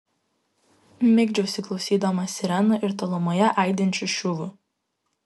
migdžiausi klausydamas sirenų ir tolumoje aidinčių šūvių